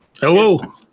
Hello